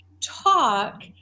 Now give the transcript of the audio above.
talk